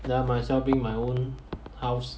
then I might as well bring my own house